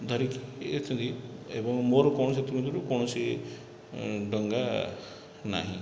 ଧରିକି ଏବଂ ମୋର କୌଣସି ବି କୌଣସି ଡଙ୍ଗା ନାହିଁ